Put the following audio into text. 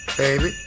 baby